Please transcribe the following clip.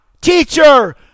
teacher